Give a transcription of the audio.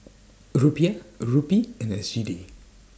Rupiah Rupee and S G D